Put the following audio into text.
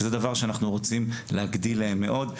זה דבר שאנחנו רוצים להגדיל להם מאוד.